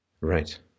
Right